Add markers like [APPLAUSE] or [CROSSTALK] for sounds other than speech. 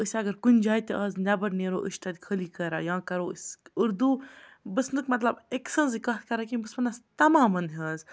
أسۍ اگر کُنہِ جایہِ تہِ آز نٮ۪بَر نیرو أسۍ چھِ تَتہِ خٲلی کَران یا کَرو أسۍ اُردو بہٕ [UNINTELLIGIBLE] نہٕ مَطلب أکۍ سٕنٛزٕے کَتھ کَران کِہیٖنۍ بہٕ چھَس وَنان تَمامَن ہِنٛز